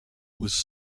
was